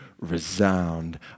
resound